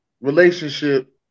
relationship